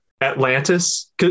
Atlantis